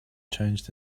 changed